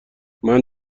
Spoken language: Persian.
منم